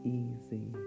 easy